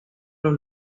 los